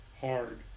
Hard